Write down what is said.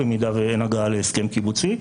במידה ואין הגעה לסכם קיבוצי.